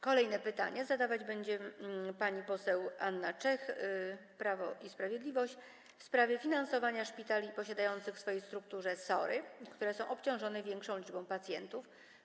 Kolejne pytanie zadawać będzie pani poseł Anna Czech, Prawo i Sprawiedliwość, w sprawie finansowania szpitali posiadających w swojej strukturze SOR-y, które są obciążone większą liczbą pacjentów.